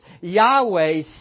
Yahweh